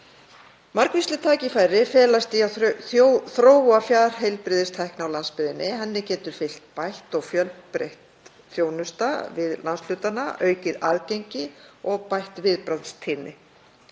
Margvísleg tækifæri felast í að þróa fjarheilbrigðistækni á landsbyggðinni. Henni getur fylgt bætt og fjölbreytt þjónusta við landshlutana, aukið aðgengi og bættur viðbragðstími,